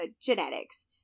genetics